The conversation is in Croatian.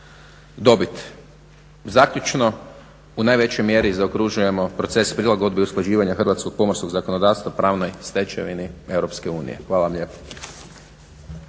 dobit. Zaključno, u najvećoj mjeri zaokružujemo proces prilagodbe i usklađivanja hrvatskog pomorskog zakonodavstva pravnoj stečevini EU. Hvala vam lijepo.